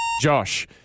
Josh